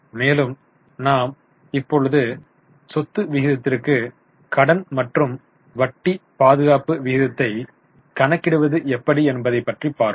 மேலும் நாம் இப்பொழுது சொத்து விகிதத்திற்கு கடன் மற்றும் வட்டி பாதுகாப்பு விகிதத்தை கணக்கிடுவது எப்படி என்பதை பற்றி பார்ப்போம்